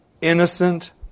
innocent